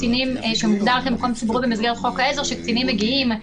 שמוגדר כמקום ציבורי במסגרת חוק העזר שקטינים מגיעים.